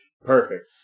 Perfect